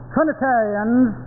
Trinitarians